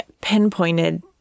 pinpointed